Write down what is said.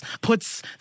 puts